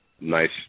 nice